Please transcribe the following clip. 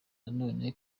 nanone